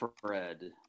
Fred